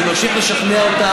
אני ממשיך לשכנע אותה,